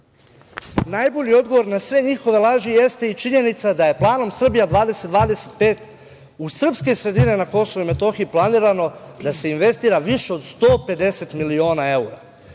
SNS.Najbolji odgovor na sve njihove laži jeste i činjenica da je planom Srbija 2025 u srpske sredine na Kosovu i Metohiji planirano da se investira više od 150 miliona evra,